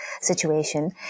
situation